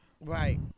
Right